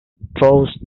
throws